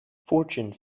fortune